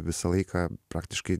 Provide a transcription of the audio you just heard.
visą laiką praktiškai